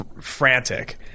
frantic